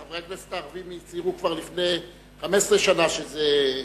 חברי הכנסת הערבים הצהירו כבר לפני 15 שנה שזה יתפתח,